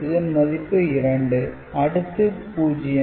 இதன் மதிப்பு 2 அடுத்து 0